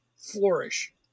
flourish